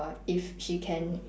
if she can